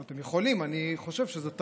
אתם יכולים, אני חושב שזו טעות,